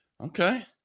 okay